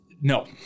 No